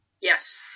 Yes